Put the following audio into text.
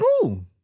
cool